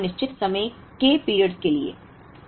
या कुछ मांगे डिमांड निश्चित समय K पीरियड्स के लिए